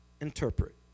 interpret